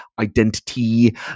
identity